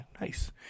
nice